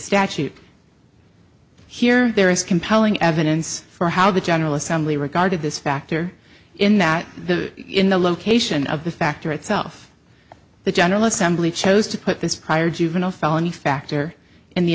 statute here there is compelling evidence for how the general assembly regarded this factor in that the in the location of the factor itself the general assembly chose to put this prior juvenile felony factor in the